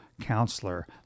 counselor